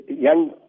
young